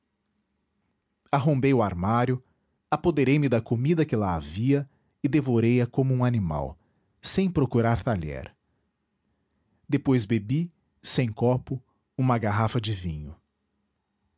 arrombei o armário apoderei me da comida que lá havia e devorei a como um animal sem procurar talher depois bebi sem copo uma garrafa de vinho